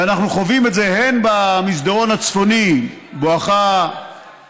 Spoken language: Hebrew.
ואנחנו חווים את זה הן במסדרון הצפוני בואך עיראק,